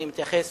אני מתייחס